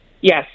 Yes